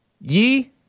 Yi